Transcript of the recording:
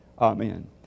Amen